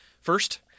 first